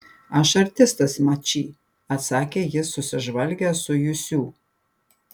aš artistas mačy atsakė jis susižvalgęs su jusiu